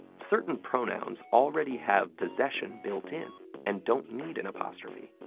certain pronouns already have possession built in and don't need an apostrophe.